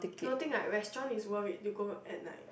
no think like restaurant is worth it you go at night